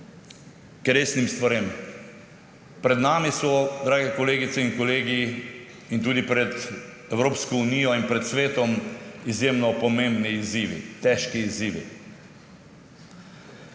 resnim stvarem. Pred nami so, drage kolegice in kolegi, in tudi pred Evropsko unijo in pred svetom, izjemno pomembni izzivi, težki izzivi.